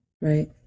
right